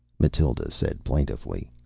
mathild said plaintively.